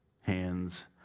hands